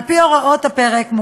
על-פי הוראות הפרק,